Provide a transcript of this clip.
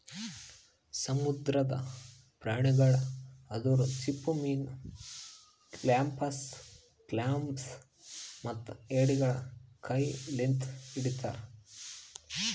ಸಮುದ್ರದ ಪ್ರಾಣಿಗೊಳ್ ಅಂದುರ್ ಚಿಪ್ಪುಮೀನು, ಕೆಲ್ಪಸ್, ಕ್ಲಾಮ್ಸ್ ಮತ್ತ ಎಡಿಗೊಳ್ ಕೈ ಲಿಂತ್ ಹಿಡಿತಾರ್